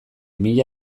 mila